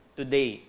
today